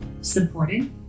supported